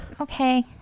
okay